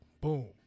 Boom